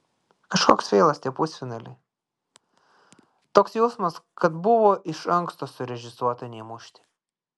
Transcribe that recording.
kažkoks feilas tie pusfinaliai toks jausmas kad buvo iš anksto surežisuota neįmušti